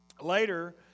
Later